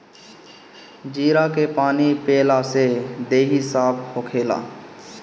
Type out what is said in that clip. जीरा के पानी पियला से देहि साफ़ होखेला